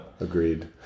Agreed